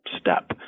step